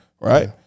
right